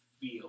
feel